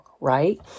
right